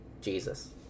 Jesus